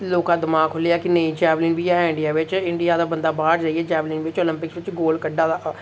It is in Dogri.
लोकां दा दमाग खु'ल्लेआ कि नेईं जैवलिन बी ऐ इंडिया बिच इंडिया दा बंदा बाहर जाइयै जैवलिन बिच्च ओलंपिक बिच्च गोल्ड कड्डा दा